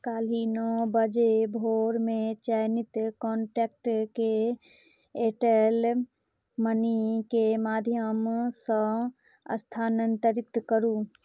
काल्हि नओ बजे भोरमे चयनित कॉन्टैक्टकेँ एयरटेल मनीके माध्यमसँ स्थानान्तरित करू